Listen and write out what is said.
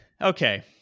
Okay